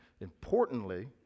importantly